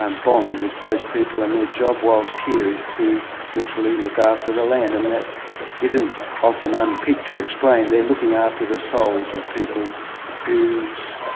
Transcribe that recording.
and bond with those people and their job whilst here is to literally look after the land, and that isn't often unpicked to explain. they're looking after the souls of people whose